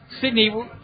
Sydney